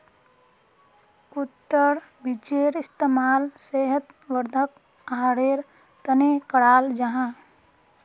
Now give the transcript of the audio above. कद्दुर बीजेर इस्तेमाल सेहत वर्धक आहारेर तने कराल जाहा